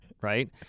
right